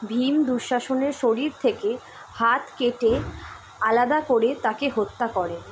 ভীম দুঃশাসনের শরীর থেকে হাত কেটে আলাদা করে তাঁকে হত্যা করে